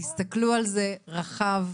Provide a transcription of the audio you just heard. תסתכלו על זה רחב,